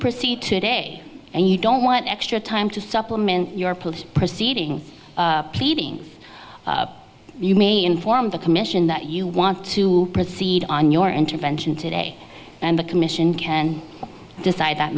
proceed today and you don't want extra time to supplement your police proceedings pleadings you may inform the commission that you want to proceed on your intervention today and the commission can decide that